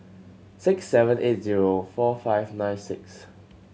six seven eight zero four five nine six